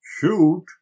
Shoot